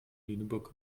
lüneburg